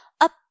Up